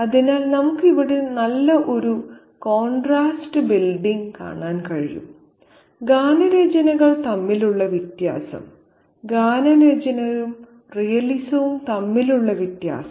അതിനാൽ നമുക്ക് ഇവിടെ ഒരു നല്ല കോൺട്രാസ്റ്റ് ബിൽഡിംഗ് കാണാൻ കഴിയും ഗാനരചനകൾ തമ്മിലുള്ള വ്യത്യാസം ഗാനരചനയും റിയലിസവും തമ്മിലുള്ള വ്യത്യാസം